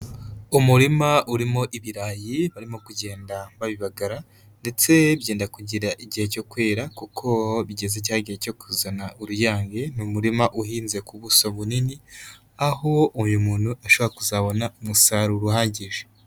Umurima urimo ibirayi barimo kugenda babibagara ndetse byenda kugira igihe cyo kwera kuko bigeze cya igihe cyo kuzana uruyange, ni umurima uhinze ku buso bunini aho uyu muntu ashobora kuzabona umusaruro uhagije.